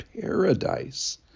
paradise